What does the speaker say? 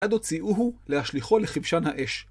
עד הוציאו הוא להשליחו לכבשן האש.